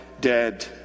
dead